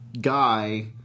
guy